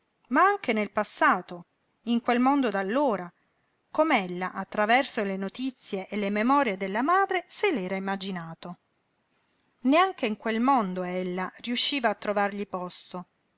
ma anche nel passato in quel mondo d'allora com'ella attraverso le notizie e le memorie della madre se l'era immaginato neanche in quel mondo ella riusciva a trovargli posto